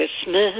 Christmas